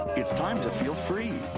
it's time to feel free!